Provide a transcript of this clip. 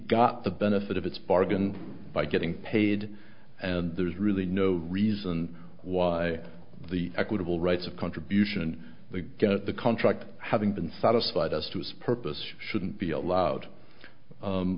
got the benefit of its bargain by getting paid and there's really no reason why the equitable rights of contribution and the contract having been satisfied as to its purpose shouldn't be allowed